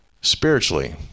spiritually